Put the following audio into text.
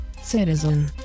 citizen